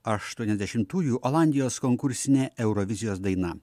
aštuoniasdešimtųjų olandijos konkursinė eurovizijos daina